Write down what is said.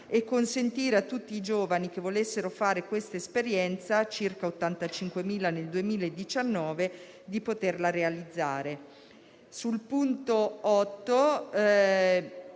e consentire a tutti i giovani che volessero fare questa esperienza (circa 85.000 nel 2019) di poterla realizzare». Il parere